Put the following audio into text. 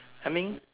I mean